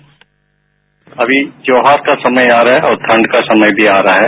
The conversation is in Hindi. साउंड बाईट अभी त्योहार का समय आ रहा है और ठंड का समय भी आ रहा है